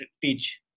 teach